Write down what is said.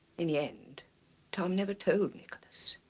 in the end tom never told nicholas.